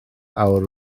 awr